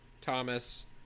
Thomas